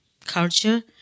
Culture